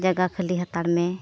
ᱡᱟᱭᱜᱟ ᱠᱷᱟᱹᱞᱤ ᱦᱟᱛᱟᱲ ᱢᱮ